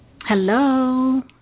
Hello